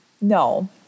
No